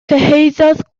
cyhoeddodd